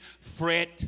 fret